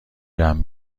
جمع